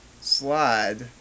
slide